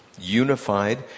unified